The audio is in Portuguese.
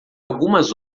algumas